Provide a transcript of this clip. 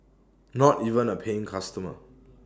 not even A paying customer